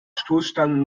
stoßstangen